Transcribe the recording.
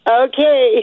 Okay